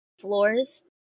floors